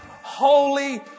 holy